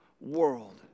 world